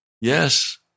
Yes